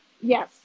Yes